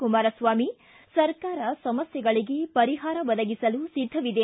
ಕುಮಾರಸ್ವಾಮಿ ಸರ್ಕಾರ ಎಲ್ಲ ಸಮಸ್ಕೆಗಳಿಗೆ ಪರಿಹಾರ ಒದಗಿಸಲು ಸಿದ್ದವಿದೆ